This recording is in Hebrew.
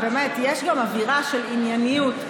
יש גם אווירה של ענייניות.